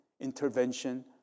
intervention